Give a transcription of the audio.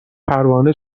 پروانه